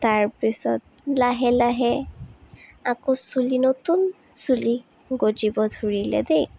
তাৰপিছত লাহে লাহে আকৌ চুলি নতুন চুলি গজিব ধৰিলে দেই